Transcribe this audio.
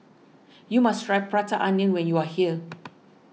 you must try Prata Onion when you are here